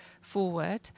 forward